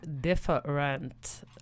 different